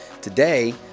Today